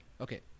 Okay